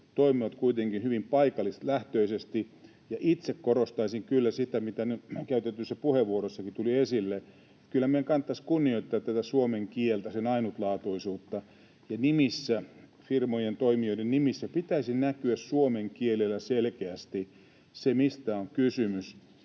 toimivat kuitenkin hyvin paikallislähtöisesti, ja itse korostaisin kyllä sitä, mitä käytetyissä puheenvuoroissakin tuli esille, että kyllä meidän kannattaisi kunnioittaa tätä suomen kieltä, sen ainutlaatuisuutta, ja nimissä, firmojen, toimijoiden nimissä, pitäisi näkyä suomen kielellä selkeästi se, mistä on kysymys.